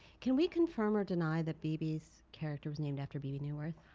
can we confirm or deny the bebe's character was named after bebe neuwirth?